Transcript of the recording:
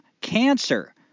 cancer